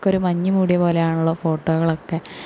ഒക്കെ ഒരു മഞ്ഞുമൂടിയത് പോലെയാണല്ലോ ഫോട്ടോകളൊക്കെ